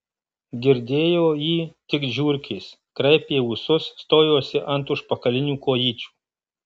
girdėjo jį tik žiurkės kraipė ūsus stojosi ant užpakalinių kojyčių